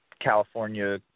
California